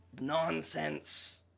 nonsense